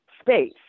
space